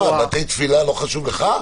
בתי תפילה לא חשוב לך?